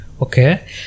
Okay